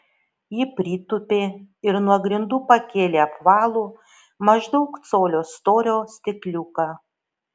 ji pritūpė ir nuo grindų pakėlė apvalų maždaug colio storio stikliuką